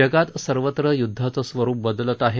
जगात सर्वत्र युद्धाचं स्वरुप बदलत आहे